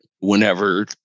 whenever